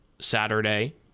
Saturday